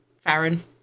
Farron